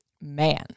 Man